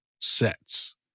sets